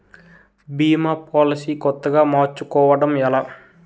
భీమా policy కొత్తగా మార్చుకోవడం ఎలా?